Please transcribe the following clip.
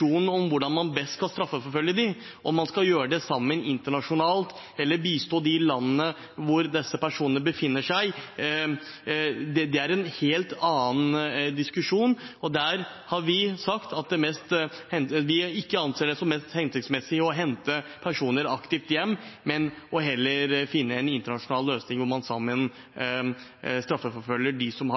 diskusjonen om hvordan man best skal straffeforfølge dem, om man skal gjøre det sammen, internasjonalt, eller bistå de landene hvor disse personene befinner seg, er en helt annen diskusjon, og der har vi sagt at vi ikke anser det som mest hensiktsmessig å hente personer aktivt hjem, men heller finne en internasjonal løsning der man sammen straffeforfølger dem som har